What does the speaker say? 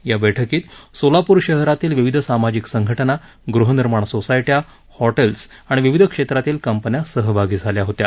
या बैठकीत सोलापूर शहरातील विविध सामाजिक संघटना गृहनिर्माण सोसायटया हॉटेल्स विविध क्षेत्रातील कंपन्या सहभागी झाल्या होत्या